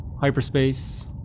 hyperspace